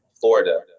Florida